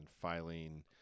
filing